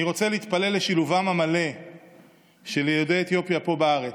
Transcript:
אני רוצה להתפלל לשילובם המלא של יהודי אתיופיה פה בארץ,